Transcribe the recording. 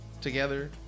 Together